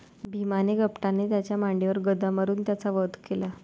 भीमाने कपटाने त्याच्या मांडीवर गदा मारून त्याचा वध केला